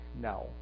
no